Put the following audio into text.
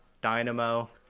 Dynamo